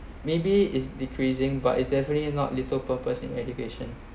maybe is decreasing but is definitely not little purpose in education